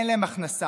אין להם הכנסה.